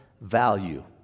value